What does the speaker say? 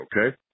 okay